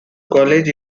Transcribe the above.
college